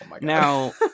Now